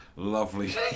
lovely